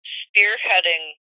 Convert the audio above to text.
spearheading